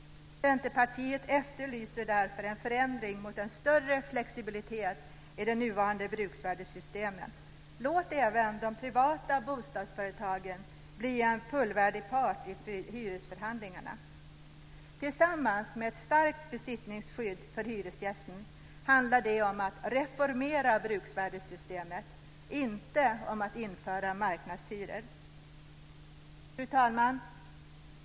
Centerpartiet efterlyser därför en förändring mot större flexibilitet i det nuvarande bruksvärdssystemet. Låt även de privata bostadsföretagen bli en fullvärdig part i hyresförhandlingarna. Tillsammans med ett starkt besittningsskydd för hyresgästen handlar det om att reformera bruksvärdessystemet, inte om att införa marknadshyror. Fru talman!